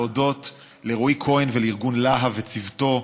להודות לרועי כהן מארגון להב ולצוותו,